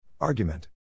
Argument